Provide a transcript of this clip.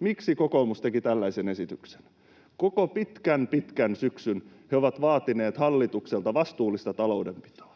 miksi kokoomus teki tällaisen esityksen. Koko pitkän, pitkän syksyn he ovat vaatineet hallitukselta vastuullista taloudenpitoa.